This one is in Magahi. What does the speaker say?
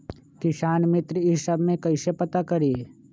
किसान मित्र ई सब मे कईसे पता करी?